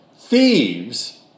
Thieves